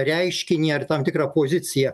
reiškinį ar tam tikrą poziciją